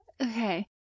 Okay